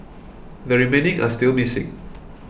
the remaining are still missing